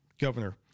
governor